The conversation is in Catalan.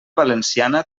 valenciana